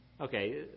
okay